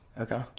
Okay